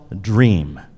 dream